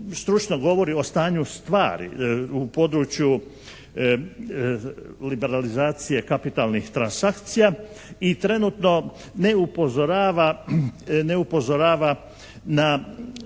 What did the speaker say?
stručno govori o stanju stvari u području liberalizacije kapitalnih transakcija i trenutno ne upozorava na